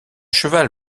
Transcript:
cheval